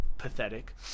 pathetic